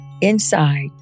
inside